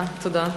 תודה.